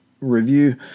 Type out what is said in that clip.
review